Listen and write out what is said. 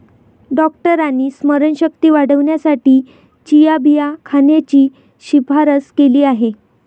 डॉक्टरांनी स्मरणशक्ती वाढवण्यासाठी चिया बिया खाण्याची शिफारस केली आहे